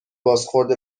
بازخورد